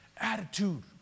Attitude